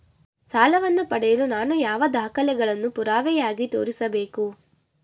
ಸಾಲವನ್ನು ಪಡೆಯಲು ನಾನು ಯಾವ ದಾಖಲೆಗಳನ್ನು ಪುರಾವೆಯಾಗಿ ತೋರಿಸಬೇಕು?